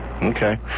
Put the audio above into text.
Okay